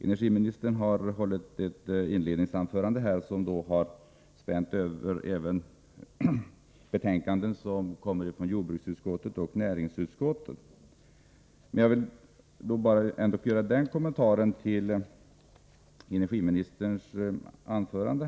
Energiministern har hållit ett inledningsanförande, som även spänt över betänkanden från jordbruksutskottet och näringsutskottet. Jag vill trots allt göra en kommentar till energiministerns anförande.